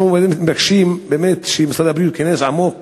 אנחנו מבקשים באמת שמשרד הבריאות ייכנס עמוק